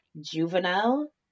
juvenile